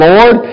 Lord